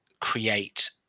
create